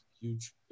huge